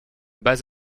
base